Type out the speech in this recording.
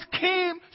came